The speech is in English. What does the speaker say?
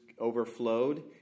overflowed